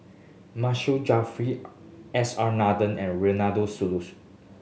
Masagos Zulkifli S R Nathan and Ronald Susilo